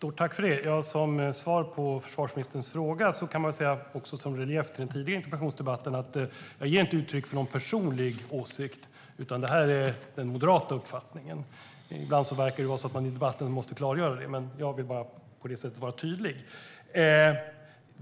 Fru talman! Stort tack för detta! Som svar på försvarsministerns fråga vill jag, som relief till den tidigare interpellationsdebatten, säga att jag inte ger uttryck för någon personlig åsikt, utan det här är den moderata uppfattningen. Ibland verkar det vara så att man måste klargöra detta i debatten, så jag vill bara på det sättet vara tydlig.